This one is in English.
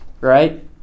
right